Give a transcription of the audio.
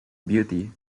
beauty